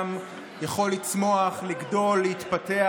אדם יכול לצמוח ולגדול, להתפתח,